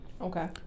Okay